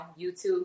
YouTube